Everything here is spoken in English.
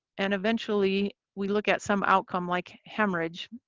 and eventually, we look at some outcome like hemorrhage.